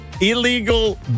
illegal